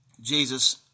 Jesus